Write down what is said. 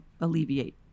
alleviate